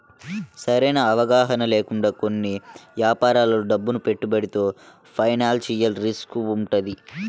సరైన అవగాహన లేకుండా కొన్ని యాపారాల్లో డబ్బును పెట్టుబడితో ఫైనాన్షియల్ రిస్క్ వుంటది